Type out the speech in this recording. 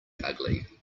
ugly